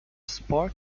spark